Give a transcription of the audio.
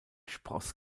spross